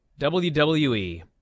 WWE